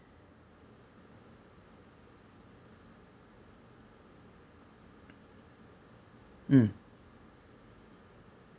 mm